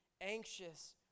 anxious